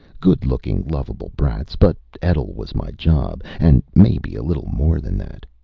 good-looking, lovable brats. but etl was my job and maybe a little more than that.